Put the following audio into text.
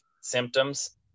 symptoms